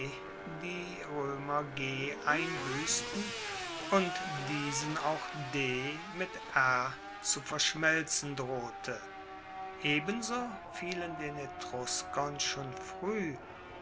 die roemer einbuessten und diesen auch d mit r zu verschmelzen drohte ebenso fielen den etruskern schon frueh